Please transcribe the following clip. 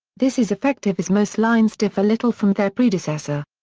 this is effective as most lines differ little from their predecessor.